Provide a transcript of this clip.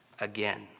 again